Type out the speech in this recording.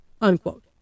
unquote